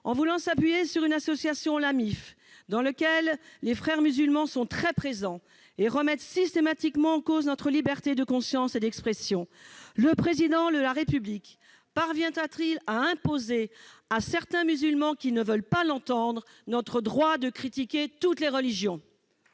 musulmane pour l'islam de France, dans laquelle les Frères musulmans sont très présents, eux qui remettent systématiquement en cause notre liberté de conscience et d'expression, le Président de la République parviendra-t-il à imposer à certains musulmans qui ne veulent pas l'entendre notre droit de critiquer toutes les religions